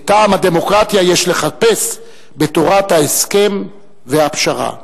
את טעם הדמוקרטיה יש לחפש בתורת ההסכם והפשרה".